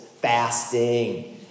fasting